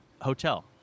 hotel